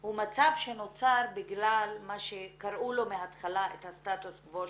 הוא מצב שנוצר בגלל מה שקראו לו מהתחלה סטטוס קוו,